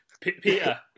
Peter